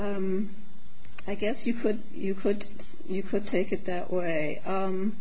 and i guess you could you could you could take it that way